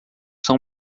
são